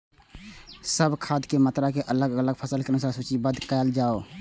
सब खाद के मात्रा के अलग अलग फसल के अनुसार सूचीबद्ध कायल जाओ?